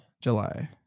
july